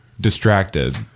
distracted